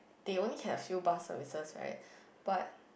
they only had a few bus services right but